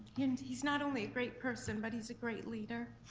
and he's not only a great person, but he's a great leader.